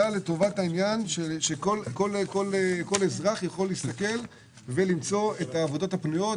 שמאפשרת לכל אזרח למצוא עבודות פנויות.